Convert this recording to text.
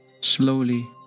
Slowly